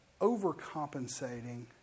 overcompensating